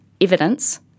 evidence